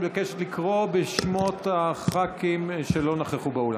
אבקש לקרוא בשמות הח"כים שלא נכחו באולם.